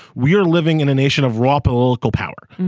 we are living in a nation of raw political power.